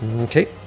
Okay